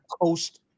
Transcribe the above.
coast